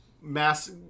mass